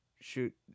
shoot